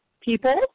people